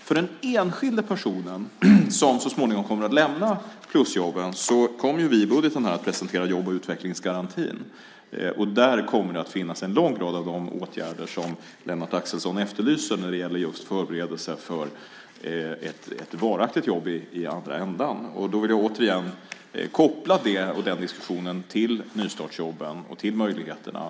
För den enskilde personen, som så småningom kommer att lämna plusjobben, kommer vi i budgeten att presentera jobb och utvecklingsgarantin. Där kommer en lång rad av de åtgärder som Lennart Axelsson efterlyser när det gäller förberedelse för ett varaktigt jobb att finnas. Jag vill återigen koppla den diskussionen till nystartsjobben och till möjligheterna.